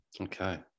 okay